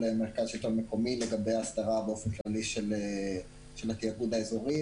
השלטון המקומי לגבי הסדרה של התיאגוד האזורי.